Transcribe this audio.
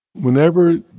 Whenever